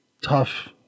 tough